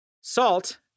Salt